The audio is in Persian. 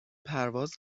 پرواز